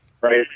Right